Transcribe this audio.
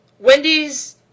Wendy's